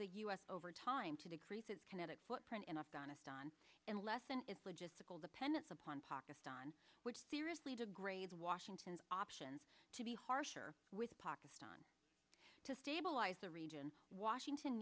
the u s over time to decrease its kinetic footprint in afghanistan and lessen its logistical dependence upon pakistan which seriously degraded washington's options to be harsher with pakistan to stabilize the region washington